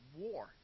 war